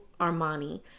Armani